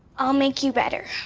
i'll make you better.